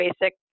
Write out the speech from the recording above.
basic